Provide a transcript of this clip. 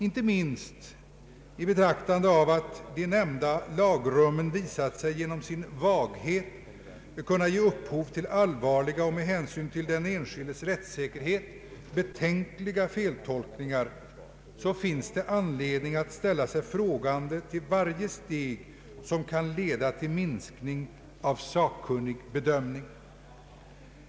Inte minst i betraktande av att de nämnda lagrummen visat sig genom sin vaghet kunna ge upphov till allvarliga och, med hänsyn till den enskildes rättssäkerhet, betänkliga feltolkningar finns det anledning att ställa sig frågande till varje steg som kan leda till minskning av en sakkunnig bedömning.